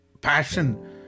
passion